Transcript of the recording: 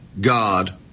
God